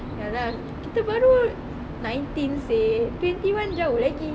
ya lah kita baru nineteen seh twenty one jauh lagi